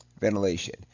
ventilation